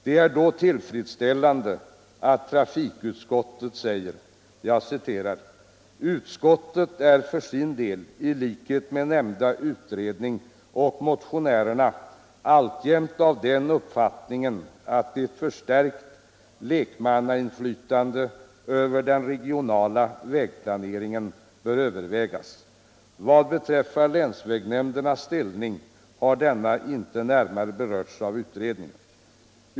Det är då tillfredsställande att trafikutskottet säger: ”Utskottet är för sin del, i likhet med nämnda utredning och motionärerna, alltjämt av den uppfattningen att ett förstärkt lekmannainflytande över den regionala vägplaneringen bör övervägas. Vad beträffar länsvägsnämndernas ställning har denna inte närmare berörts av utredningen.